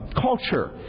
culture